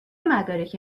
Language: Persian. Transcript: مدارکی